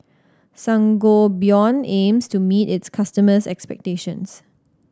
Sangobion aims to meet its customers' expectations